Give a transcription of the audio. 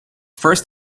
first